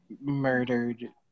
murdered